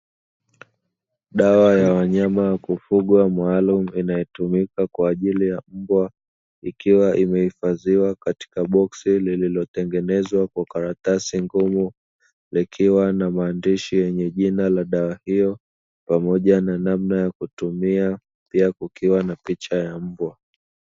Dawa ya wanyama wa kufugwa maalumu inayotumika kwa ajili ya mbwa, ikiwa imehifadhiwa katika boksi lililotengenezwa kwa karatasi ngumu likiwa na maandishi yenye jina la dawa hiyo, pamoja na namna ya kutumia; pia kukiwa na picha ya mbwa.